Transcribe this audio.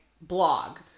blog